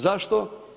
Zašto?